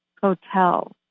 hotel